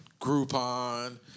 Groupon